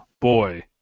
boy